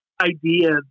idea